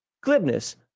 glibness